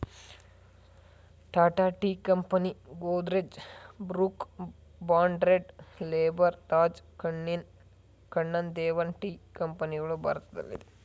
Tata tea company, Godrej, Brooke Bond red label, Taj Kannan Devan tea ಕಂಪನಿಗಳು ಭಾರತದಲ್ಲಿದೆ